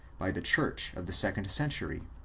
by the church of the second century.